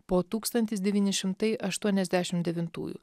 po tūkstantis devyni šimtai aštuoniasdešimt devintųjų